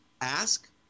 Ask